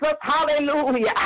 hallelujah